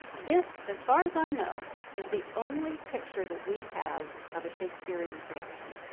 this, as far as i know, is the only picture that we have of a shakespearean production.